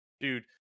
dude